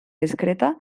discreta